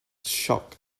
shock